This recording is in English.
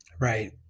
right